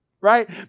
right